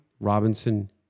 Robinson